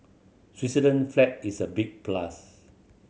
Switzerland flag is a big plus